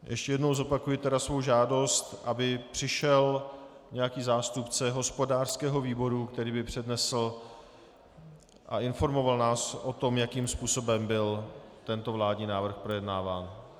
Ještě jednou zopakuji svou žádost, aby přišel nějaký zástupce hospodářského výboru, který by přednesl a informoval nás o tom, jakým způsobem byl tento vládní návrh projednáván.